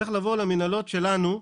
צריך לבוא למנהלות שלנו,